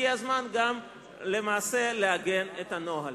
הגיע הזמן למעשה גם לעגן את הנוהל.